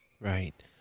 Right